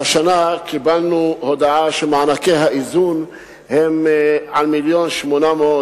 והשנה קיבלנו הודעה שמענקי האיזון הם 1.8 מיליארד.